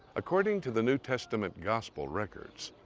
according to the new testament gospel records,